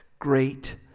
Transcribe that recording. Great